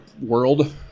world